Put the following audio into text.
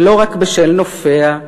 ולא רק בשל נופיה,